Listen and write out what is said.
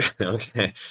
Okay